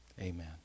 Amen